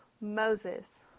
Moses